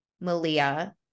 Malia